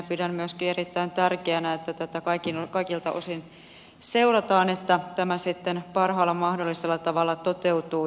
pidän myöskin erittäin tärkeänä että tätä kaikilta osin seurataan niin että tämä sitten parhaalla mahdollisella tavalla toteutuu